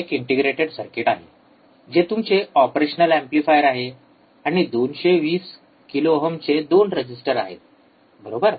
एक integrated circuit आहे जे तुमचे ऑपरेशनल एम्प्लीफायर आहे आणि 220 k चे 2 रेजिस्टर आहेत बरोबर